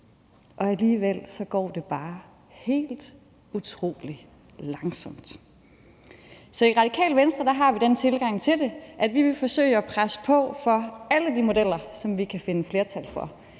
og alligevel går det bare helt utrolig langsomt. Så i Radikale Venstre har vi den tilgang til det, at vi vil forsøge at presse på for alle de modeller, som vi kan finde flertal for.